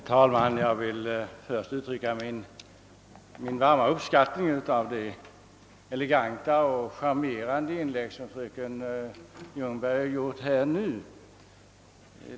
Herr talman! Jag vill först uttrycka min varma uppskattning av det eleganta och charmerande inlägg som fröken Ljungberg nyss gjort.